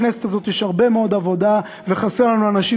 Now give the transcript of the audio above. בכנסת הזאת יש הרבה מאוד עבודה וחסרים לנו אנשים